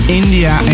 india